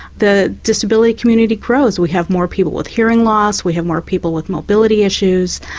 the disability community grows. we have more people with hearing loss, we have more people with mobility issues,